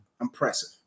impressive